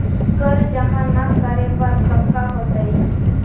कर जमा ना करे पर कका होतइ?